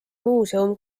muuseum